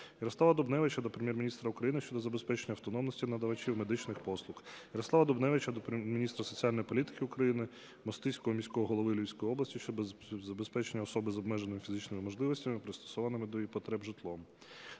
Ярослава Дубневича до Прем'єр-міністра України щодо забезпечення автономності надавачів медичних послуг. Ярослава Дубневича до міністра соціальної політики України, Мостиського міського голови Львівської області щодо забезпечення особи з обмеженими фізичними можливостями, пристосованим до її потреб, житлом.